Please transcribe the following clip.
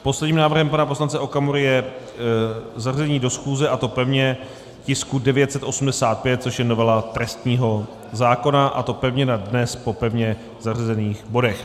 Posledním návrhem pana poslance Okamury je zařazení do schůze, a to pevně, tisku 985, což je novela trestního zákona, a to na dnes po pevně zařazených bodech.